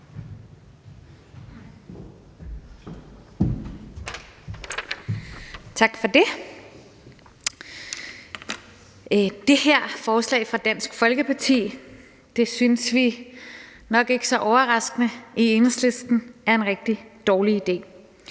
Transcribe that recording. Tak for det. Det her forslag fra Dansk Folkeparti synes vi i Enhedslisten nok ikke så overraskende er en rigtig dårlig idé.